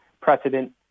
precedent